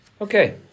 Okay